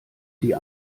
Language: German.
die